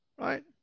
right